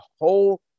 whole